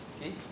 Okay